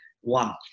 one